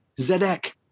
Zedek